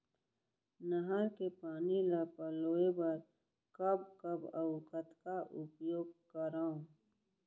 नहर के पानी ल पलोय बर कब कब अऊ कतका उपयोग करंव?